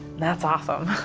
and thats awesome.